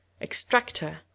Extractor